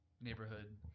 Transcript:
neighborhood